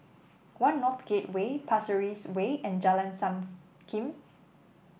One North Gateway Pasir Ris Way and Jalan Sankam